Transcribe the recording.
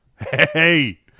hey